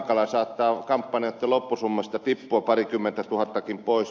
saattaa kampanjoitten loppusummasta tippua parikymmentätuhattakin pois